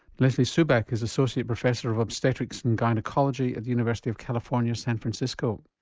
leslee subak is associate professor of obstetrics and gynaecology at the university of california san francisco.